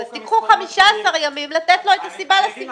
אז קחו 15 ימים לתת לו את הסיבה לסיווג.